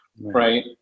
right